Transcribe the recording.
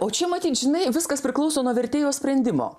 o čia matyt žinai viskas priklauso nuo vertėjo sprendimo